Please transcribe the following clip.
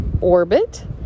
orbit